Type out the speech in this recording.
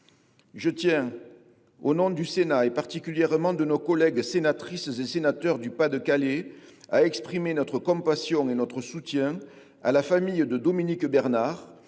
Je tiens, au nom du Sénat, particulièrement en celui de nos collègues sénatrices et sénateurs du Pas de Calais, à exprimer notre compassion et notre soutien à la famille de Dominique Bernard,